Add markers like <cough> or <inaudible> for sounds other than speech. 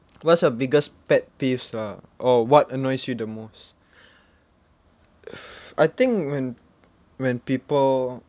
what's your biggest pet peeves ah or what annoys you the most <breath> I think when when people